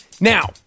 Now